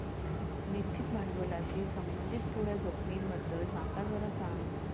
निश्चित भांडवलाशी संबंधित थोड्या जोखमींबद्दल माका जरा सांग